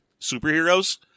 superheroes